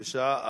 בשעה